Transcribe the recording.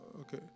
Okay